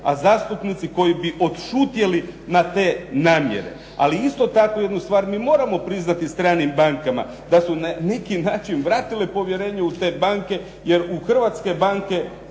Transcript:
a zastupnici koji bi odšutjeli na te namjere. Ali isto tako jednu stvar mi moramo priznati stranim bankama da su na neki način vratile povjerenje u te banke jer u hrvatske banke